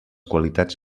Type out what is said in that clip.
qualitats